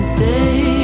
Say